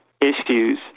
issues